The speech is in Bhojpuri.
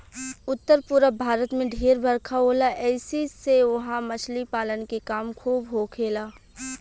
उत्तर पूरब भारत में ढेर बरखा होला ऐसी से उहा मछली पालन के काम खूब होखेला